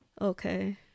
Okay